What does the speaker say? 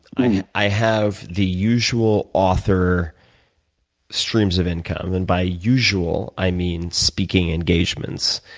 i i have the usual author streams of income. and by usual, i mean speaking engagements,